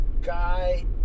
guy